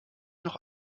noch